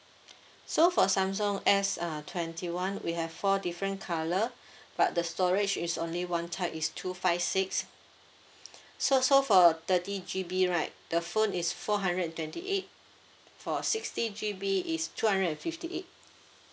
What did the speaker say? so for samsung S uh twenty one we have four different colour but the storage is only one type is two five six so so for thirty G_B right the phone is four hundred and twenty eight for sixty G_B is two hundred and fifty eight